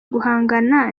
guhangana